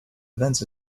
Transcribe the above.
events